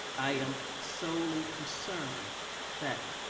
i am solely concerned that,